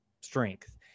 strength